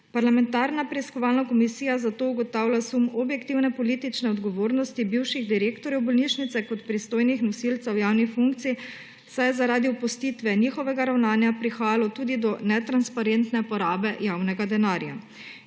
Parlamentarna preiskovalna komisija zato ugotavlja sum objektivne politične odgovornosti bivših direktorje bolnišnice kot pristojnih nosilcev javnih funkcij, saj je zaradi opustitve njihovega ravnanja prihajalo tudi do netransparentne porabe javnega denarja.